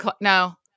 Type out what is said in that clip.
no